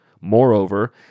Moreover